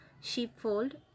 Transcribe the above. sheepfold